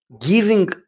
giving